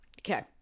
Okay